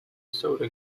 soda